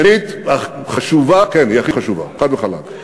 שנית, כן, היא הכי חשובה, חד וחלק.